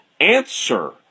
answer